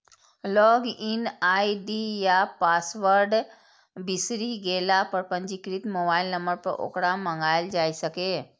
log in ID या password बिसरि गेला पर पंजीकृत मोबाइल नंबर पर ओकरा मंगाएल जा सकैए